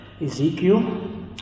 Ezekiel